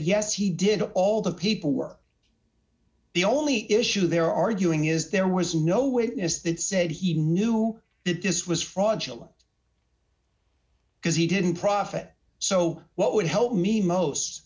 yes he did all the people were the only issue they're arguing is there was no witness that said he knew that this was fraudulent because he didn't profit so what would help me